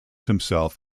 himself